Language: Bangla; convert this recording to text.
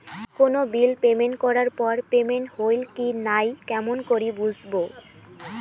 কোনো বিল পেমেন্ট করার পর পেমেন্ট হইল কি নাই কেমন করি বুঝবো?